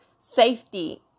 safety